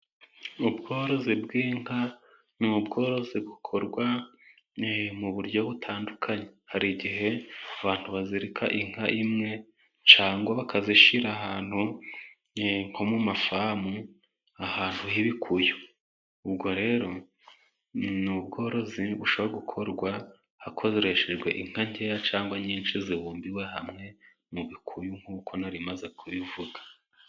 Ubworozi bw'inka ni ubworozi bukorwa mu buryo butandukanye: Hari uburho bwo kuzororera mu biraro mu rugo cyangwa se bakazororera mu bikuyu mu mafamu . Ubworozi bukorerwa mu bikuyu cyane iyo ari amashyo cyangwa bugakorerwa mu biraro bisanzwe iyo ari inka nke zishobra kororerwa mu rugo.